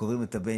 שקוברים את הבן,